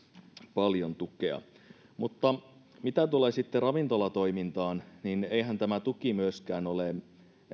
paljon tukea mutta mitä tulee ravintolatoimintaan niin eihän tämä tuki myöskään ole